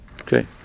Okay